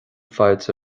fáilte